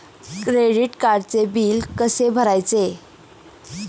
Credit कार्डचे bill कसे भरायचे?